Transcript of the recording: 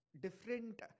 different